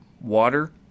water